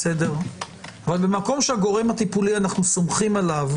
אבל במקום שבו אנו סומכים על הגורם הטיפולי,